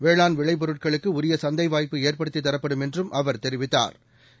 வேளாண் விளைபொருட்களுக்குஉரியசந்தைவாய்ப்பு ஏற்படுத்தித் தரப்படும் என்றும் அவர் தெரிவித்தாா்